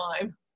time